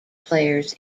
players